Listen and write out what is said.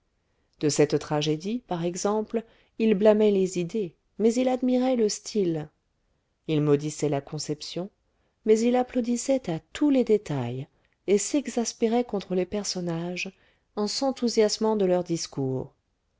de cette tragédie par exemple il blâmait les idées mais il admirait le style il maudissait la conception mais il applaudissait à tous les détails et s'exaspérait contre les personnages en s'enthousiasmant de leurs discours